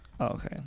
Okay